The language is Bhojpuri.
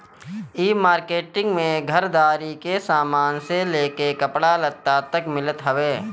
इ मार्किट में घरदारी के सामान से लेके कपड़ा लत्ता तक मिलत हवे